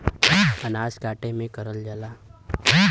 अनाज काटे में करल जाला